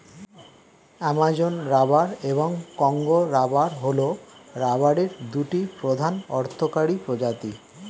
Amazon rubber এবং Congo rubber হল রাবারের দুটি প্রধান অর্থকরী প্রজাতি